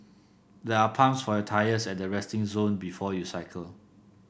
there are pumps for your tyres at the resting zone before you cycle